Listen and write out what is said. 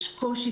יש קושי,